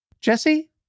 Jesse